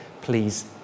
please